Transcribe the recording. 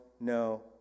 no